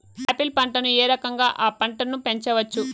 Apple పంటను ఏ రకంగా అ పంట ను పెంచవచ్చు?